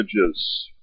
images